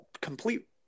complete